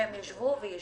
שהם ישבו וישבתו,